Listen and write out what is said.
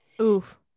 Oof